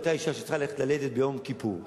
היתה אשה שצריכה ללכת ללדת ביום כיפור,